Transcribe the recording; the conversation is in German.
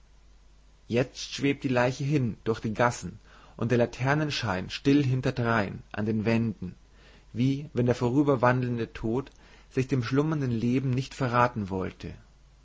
jezt schwebt die leiche hin durch die gassen und der laternenschein still hinterdrein an den wänden wie wenn der vorüberwandelnde tod sich dem schlummernden leben nicht verrathen wollte